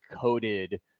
coded